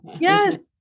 Yes